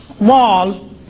wall